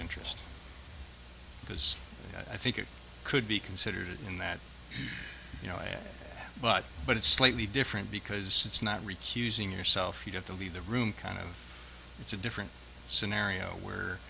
interest because i think it could be considered in that you know but but it's slightly different because it's not recusing yourself you get to leave the room kind of it's a different scenario where